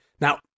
Now